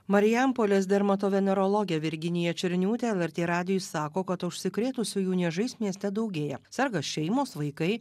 marijampolės dermatovenerologė virginija černiūtė lrt radijui sako kad užsikrėtusiųjų niežais mieste daugėja serga šeimos vaikai